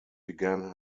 began